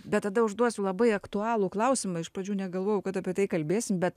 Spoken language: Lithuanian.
bet tada užduosiu labai aktualų klausimą iš pradžių negalvojau kad apie tai kalbėsim bet